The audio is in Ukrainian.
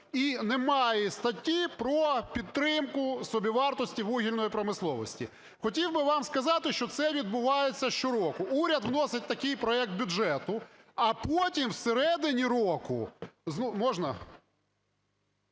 І немає статті про підтримку собівартості вугільної промисловості. Хотів би вам сказати, що це відбувається щороку. Уряд вносить такий проект бюджету, а потім всередині року… Можна